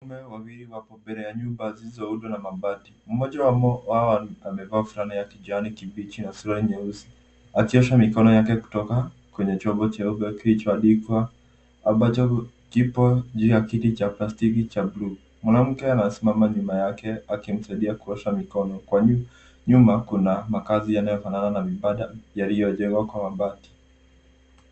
Wanaume wawili wapo mbele ya nyumba zilizoundwa na mabati. Mmoja wao amevaa fulana ya kijani kibichi na suruali nyeusi akiosha mikono yake kutoka kwenye chombo chaeupe kilichoandikwa ambacho kipo juu ya kiti cha plastiki cha bluu. Mwanamke anasimama nyuma yake akimsaidia kuosha mikono. Kwa nyuma kuna makazi yanayofanana na vibanda yaliyojengwa kwa mabati.